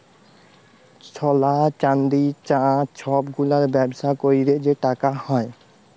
সলা, চাল্দি, চাঁ ছব গুলার ব্যবসা ক্যইরে যে টাকা হ্যয়